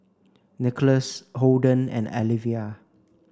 Nicholas Holden and Alivia